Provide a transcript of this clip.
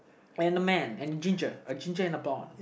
and a man and a ginger a ginger in a barn